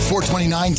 429